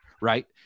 right